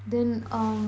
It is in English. then uh